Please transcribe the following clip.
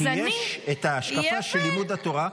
אז אני --- כי יש את ההשקפה של לימוד התורה,